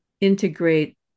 integrate